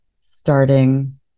starting